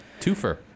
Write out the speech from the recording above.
Twofer